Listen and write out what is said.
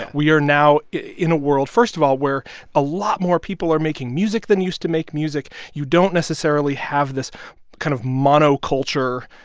we are now in a world, first of all, where a lot more people are making music than used to make music. you don't necessarily have this kind of monoculture,